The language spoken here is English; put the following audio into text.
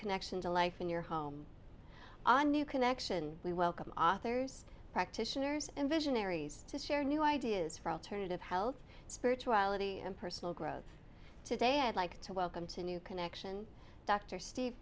connection to life in your home a new connection we welcome authors practitioners and visionaries to share new ideas for alternative health spirituality and personal growth today i'd like to welcome to new connection dr steve